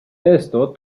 esto